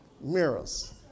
Mirrors